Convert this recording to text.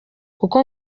kuko